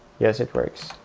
yes, it works.